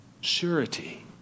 surety